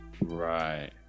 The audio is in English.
right